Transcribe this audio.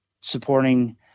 supporting